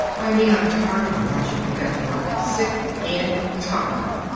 i mean i'm tired of watching it, that's what. sick and tired.